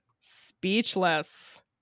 speechless